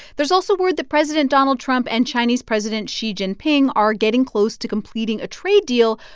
there's also word that president donald trump and chinese president xi jinping are getting close to completing a trade deal,